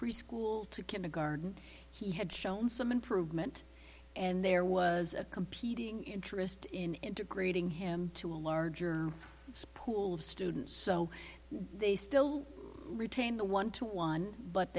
preschool to kindergarten he had shown some improvement and there was a competing interest in integrating him to a larger pool of students so they still retain the one to one but